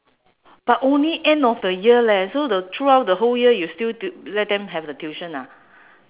but only end of the year leh so the throughout the whole year you still t~ let them have the tuition ah